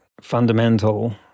fundamental